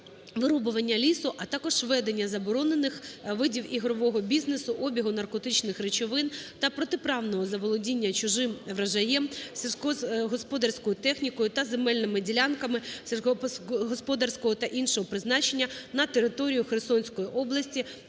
вирубування лісу, а також ведення заборонених видів ігрового бізнесу, обігу наркотичних речовин та протиправного заволодіння чужим врожаєм, сільськогосподарською технікою та земельними ділянками сільськогосподарського та іншого призначення на території Херсонської області